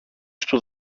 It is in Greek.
στου